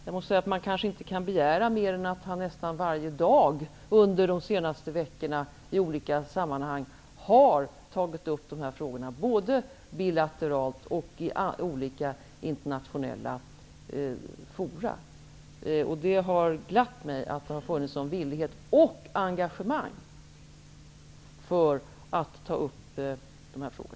Jag måste säga att man kanske inte kan begära mer av honom, eftersom han nästan varje dag under de senaste veckorna i olika sammanhang har tagit upp dessa frågor både bilateralt och i olika internationella forum. Det har glatt mig att det har funnits en sådan villighet och ett sådant engagemang för att ta upp dessa frågor.